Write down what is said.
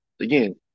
Again